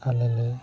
ᱟᱞᱮᱞᱮ